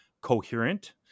coherent